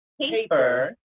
paper